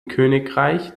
königreich